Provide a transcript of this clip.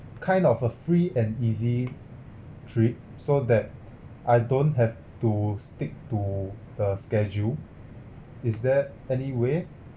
kind of a free and easy trip so that I don't have to stick to the schedule is that any way